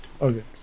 Okay